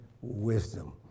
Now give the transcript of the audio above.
wisdom